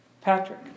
Patrick